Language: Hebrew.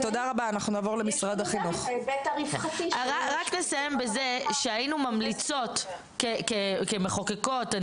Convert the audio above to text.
רק לסיים בזה שהיינו ממליצות כמחוקקות,